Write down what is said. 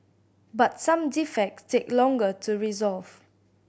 but some defects take longer to resolve